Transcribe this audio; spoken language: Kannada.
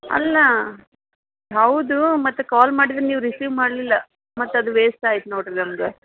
ಅಲ್ಲ ಹೌದು ಮತ್ತು ಕಾಲ್ ಮಾಡಿದ್ರೆ ನೀವು ರಿಸೀವ್ ಮಾಡಲಿಲ್ಲ ಮತ್ತು ಅದು ವೇಸ್ಟ್ ಆಯ್ತು ನೋಡ್ರಿ ನಮ್ಗೆ